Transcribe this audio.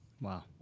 Wow